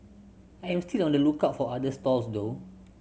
I am still on the lookout for other stalls though